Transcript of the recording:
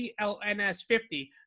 CLNS50